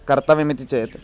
कर्तव्यमिति चेत्